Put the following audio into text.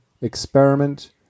experiment